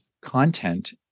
content